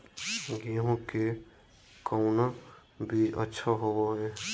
गेंहू के कौन बीज अच्छा होबो हाय?